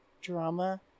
drama